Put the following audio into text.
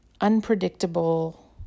Unpredictable